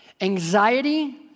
Anxiety